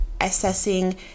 assessing